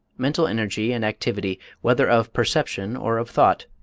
mental energy and activity, whether of perception or of thought,